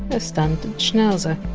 ah standard schnauzer.